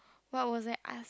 what was that I